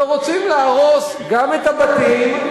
ורוצים להרוס גם את הבתים,